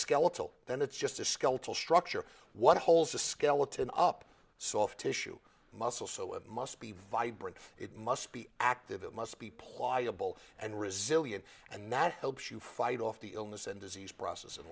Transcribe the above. skeletal then it's just a skeletal structure what holds the skeleton up soft tissue muscle so it must be vibrant it must be active it must be pliable and resilient and that helps you fight off the illness and disease process